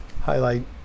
highlight